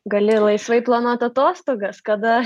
gali laisvai planuot atostogas kada